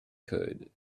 could